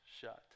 shut